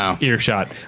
earshot